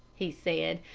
he said,